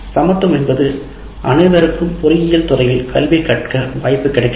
சமத்துவம் என்பது அனைவருக்கும் பொறியியல் துறையில் கல்வி கற்க வாய்ப்பு கிடைக்க வேண்டும்